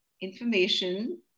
information